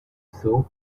sow